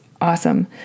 awesome